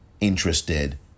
interested